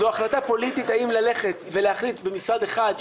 זו החלטת פוליטית האם ללכת ולהחליט במשרד אחד,